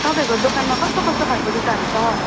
तपाईँहरूको दोकानमा कस्तो कस्तो खाल्को जुत्ताहरू छ